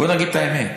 בוא נגיד את האמת,